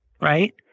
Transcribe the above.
right